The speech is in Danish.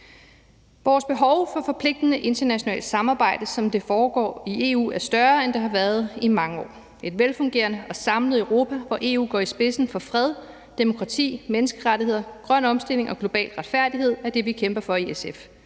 Vores behov for forpligtende internationalt samarbejde, som det foregår i EU, er større, end det har været i mange år. Et velfungerende og samlet Europa, hvor EU går i spidsen for fred, demokrati, menneskerettigheder, grøn omstilling og global retfærdighed, er det, vi kæmper for i SF.